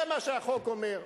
זה מה שהחוק אומר.